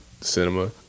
cinema